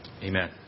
Amen